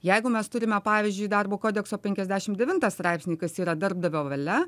jeigu mes turime pavyzdžiui darbo kodekso penkiasdešim devintą straipsnį kas yra darbdavio valia